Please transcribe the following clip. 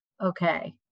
okay